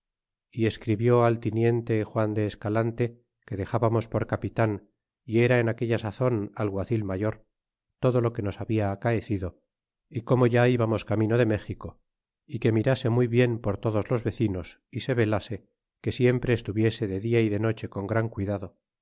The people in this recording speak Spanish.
y escribió al tiniente juan de escalante que dexábamos por capitan y era en aquella sazon alguacil mayor todo lo que nos habla acaecido y como ya íbamos camino de ni exico é que mirase muy bien por todos los vecinos é se velase que siempre estuviese de dia é de noche con gran cuidado